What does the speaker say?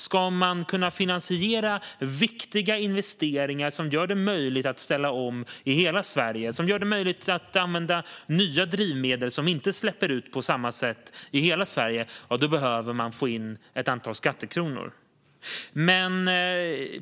Ska man kunna finansiera viktiga investeringar som gör det möjligt att ställa om i hela Sverige och möjligt att i hela Sverige använda nya drivmedel som inte släpper ut på samma sätt är det klart att man behöver få in ett antal skattekronor.